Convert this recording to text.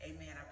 Amen